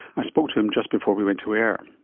i spoke to him just before we went to air.